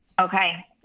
Okay